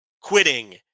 quitting